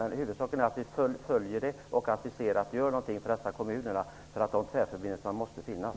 Huvudsaken är att vi följer utvecklingen och gör någonting för dessa kommuner. Tvärförbindelserna måste finnas.